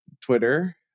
Twitter